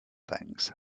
things